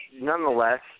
Nonetheless